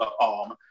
arm